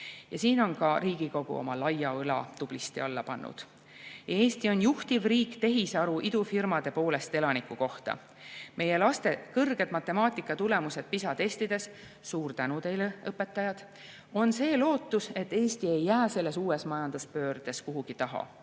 Siin ongi Riigikogu oma laia õla tublisti alla pannud. Eesti on juhtiv riik tehisaru idufirmade poolest elaniku kohta. Meie laste kõrged matemaatikatulemused PISA testides – suur tänu teile, õpetajad! – on see lootus, et Eesti ei jää selles uues majanduspöördes kuhugi taha.